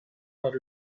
had